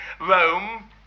Rome